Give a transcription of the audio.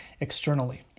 externally